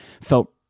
felt